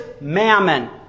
mammon